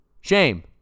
Shame